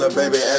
baby